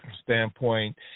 standpoint